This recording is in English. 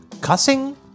cussing